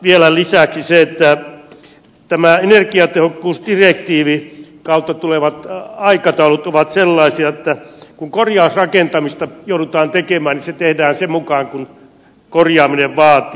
vielä lisäksi se että tämän energiatehokkuusdirektiivin kautta tulevat aikataulut ovat sellaisia että kun korjausrakentamista joudutaan tekemään niin se tehdään sen mukaan kuin korjaaminen vaatii